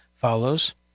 follows